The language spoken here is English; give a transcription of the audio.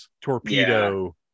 torpedo